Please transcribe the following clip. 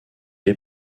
est